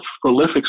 prolific